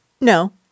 No